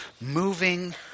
moving